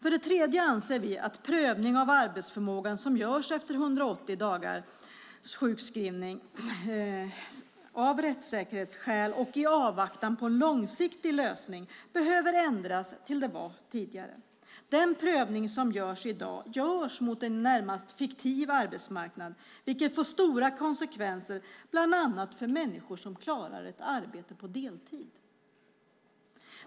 Vidare anser vi att prövning av arbetsförmågan, som görs efter 180 dagars sjukskrivning, av rättssäkerhetsskäl och i avvaktan på en långsiktig lösning behöver ändras till hur det var tidigare. Den prövning som görs i dag sker mot en i det närmaste fiktiv arbetsmarknad, vilket får stora konsekvenser bland annat för människor som klarar ett arbete på deltid.